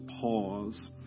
pause